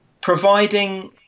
Providing